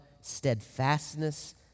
steadfastness